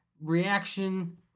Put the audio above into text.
reaction